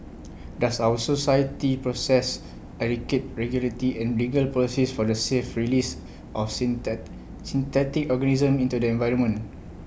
does our society possess adequate regulatory and legal policies for the safe release of synth synthetic organisms into the environment